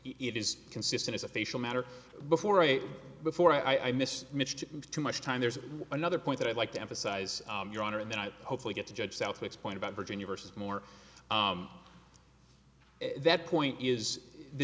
it is consistent as a facial matter before i before i miss too much time there's another point that i'd like to emphasize your honor and then i hopefully get to judge southwards point about virginia versus more that point is the